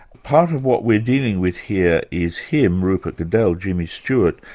part of what we're dealing with here is him, rupert cadell, jimmy stewart,